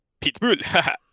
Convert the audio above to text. Pitbull